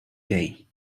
day